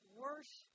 worse